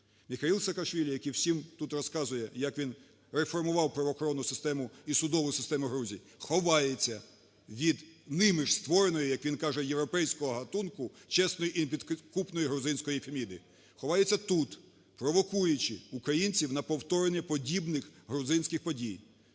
Міхеїл Саакашвілі, який всім тут розказує, як він реформував правоохоронну систему і судову систему Грузії, ховається від ними ж створеної, як він каже, європейського гатунку чесної і непідкупної грузинської Феміди, ховаються тут провокуючи українців на повторення подібних грузинських подій.